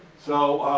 so,